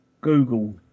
Google